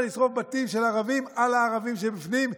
ישרוף בתים של ערבים על הערבים כשהם בפנים,